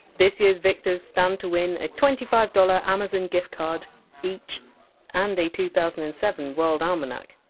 this year! s victors stand to win a twenty five dollars amazon gift card each and a two thousand and seven world almanac.